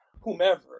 whomever